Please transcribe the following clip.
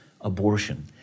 abortion